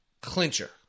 clincher